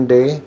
Day